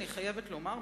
אני חייבת לומר,